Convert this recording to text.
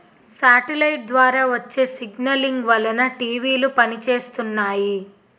satellite ద్వారా వచ్చే signalling వలన టీవీలు పనిచేస్తున్నాయి